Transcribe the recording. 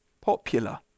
popular